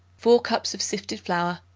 four cups of sifted flour,